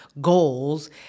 goals